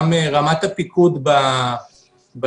גם ברמת הפיקוד בהפגנות,